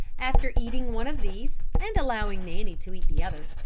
after eating one of these and allowing nanny to eat the other,